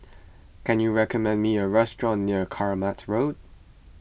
can you recommend me a restaurant near Kramat Road